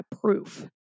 proof